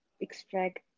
extract